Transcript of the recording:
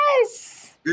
Yes